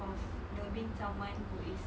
of loving someone who is